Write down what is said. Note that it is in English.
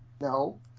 No